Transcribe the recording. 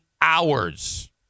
hours